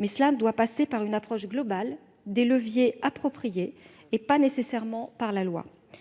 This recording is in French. Mais cela doit passer par une approche globale et des leviers appropriés, et non pas nécessairement par la loi.